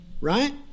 right